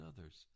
others